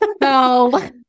No